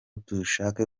dushake